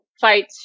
fight